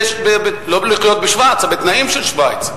לא בשווייץ אבל בתנאים של שווייץ.